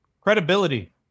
Credibility